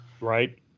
right